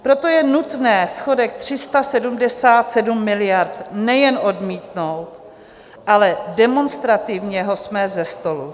Proto je nutné schodek 377 miliard nejen odmítnout, ale demonstrativně ho smést ze stolu.